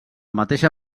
mateixa